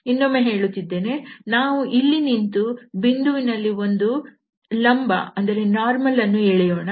ಇನ್ನೊಮ್ಮೆ ಹೇಳುತ್ತಿದ್ದೇನೆ ನಾವು ಇಲ್ಲಿ ನಿಂತು ಬಿಂದುವಿನಲ್ಲಿ ಒಂದು ಲಂಬ ವನ್ನು ಎಳೆಯೋಣ